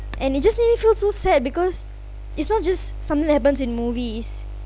and it just make me feel so sad because it's not just something that happens in movies